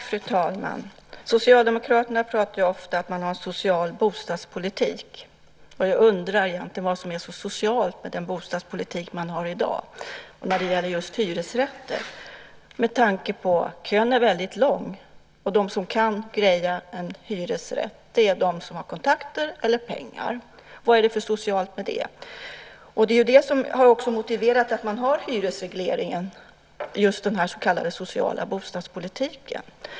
Fru talman! Socialdemokraterna pratar ofta om att man har en social bostadspolitik. Jag undrar vad som egentligen är så socialt med den bostadspolitik man för i dag när det gäller just hyresrätter, med tanke på att kön är väldigt lång och att de som kan greja en hyresrätt är de som har kontakter eller pengar. Vad är det för socialt med det? Just den så kallade sociala bostadspolitiken är det som också har motiverat att man har hyresregleringen.